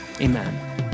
amen